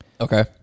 Okay